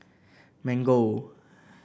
mango